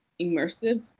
immersive